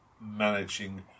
managing